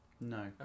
no